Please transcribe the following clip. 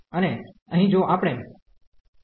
અને અહીં જો આપણે x52 લઈએ